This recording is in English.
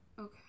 Okay